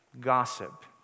gossip